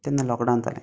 तेन्ना लोकडावन जालें